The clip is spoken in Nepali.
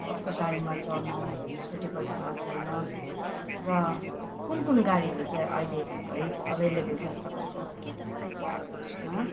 कस्तो गाडीमा चढनु स्विटेबल छ छैन र कुन कुन गाडीहरू चाहिँ अहिले घडी अभाइलेबल छ तपाईँकोमा